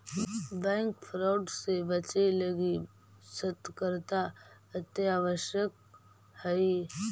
bank fraud से बचे लगी सतर्कता अत्यावश्यक हइ